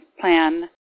plan